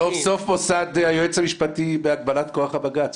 סוף סוף מוסד היועץ המשפטי בעד הגבלת כוח הבג"ץ.